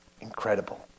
Incredible